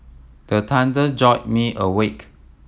the thunder jolt me awake